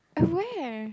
at where